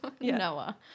Noah